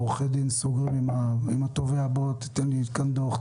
ועורכי דין סוגרים עם התובע תן לי כאן דוח,